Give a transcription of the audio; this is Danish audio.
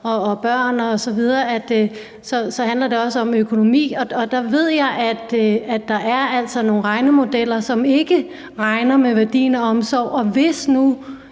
så tit også handler om økonomi. Og der ved jeg, at der altså er nogle regnemodeller, som ikke regner med værdien af omsorg,